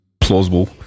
plausible